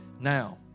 now